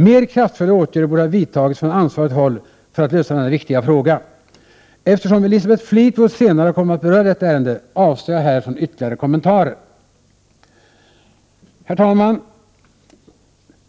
Mer kraftfulla åtgärder borde ha vidtagits från ansvarigt håll för att lösa denna viktiga fråga. Eftersom Elisabeth Fleetwood senare kommer att beröra detta ärende, avstår jag här från ytterligare kommentarer. Herr talman!